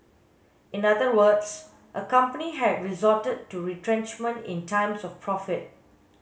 in other words a company had resorted to retrenchment in times of profit